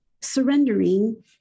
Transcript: surrendering